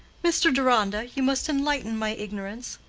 mr. deronda, you must enlighten my ignorance.